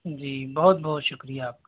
جی بہت بہت شکریہ آپ کا